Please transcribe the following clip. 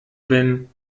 wenn